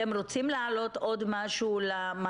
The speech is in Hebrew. אתם רוצים להעלות עוד משהו למר